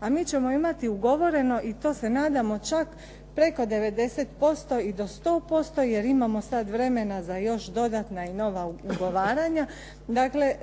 a mi ćemo imati ugovoreno i to se nadamo čak preko 90% i do 100%, jer imamo sad vremena za još dodatna i nova ugovaranja. Dakle,